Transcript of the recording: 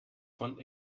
von